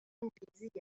الإنجليزية